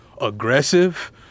aggressive